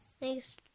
Thanks